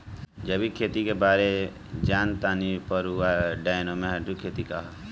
जैविक खेती के बारे जान तानी पर उ बायोडायनमिक खेती का ह?